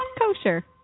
kosher